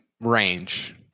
Range